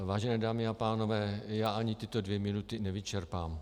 Vážené dámy a pánové, já ani tyto dvě minuty nevyčerpám.